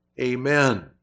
Amen